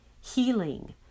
healing